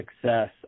success